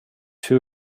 two